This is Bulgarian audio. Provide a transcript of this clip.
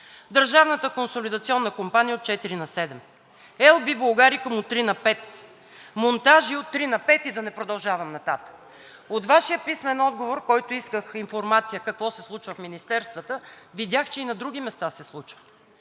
Държавната консолидационна компания от четири на седем, в „Ел Би Булгарикум“ – от три на пет, „Монтажи“ – от три на пет, и да не продължавам нататък? От Вашия писмен отговор, с който исках информация какво се случва в министерствата, видях, че и на други места се случва